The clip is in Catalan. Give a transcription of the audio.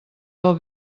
del